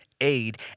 aid